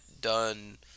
done